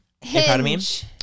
Hinge